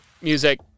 music